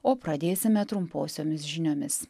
o pradėsime trumposiomis žiniomis